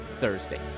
Thursday